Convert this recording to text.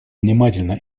внимательно